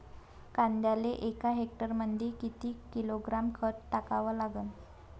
कांद्याले एका हेक्टरमंदी किती किलोग्रॅम खत टाकावं लागन?